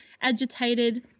agitated